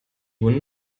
wunde